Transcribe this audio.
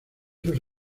sus